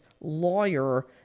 lawyer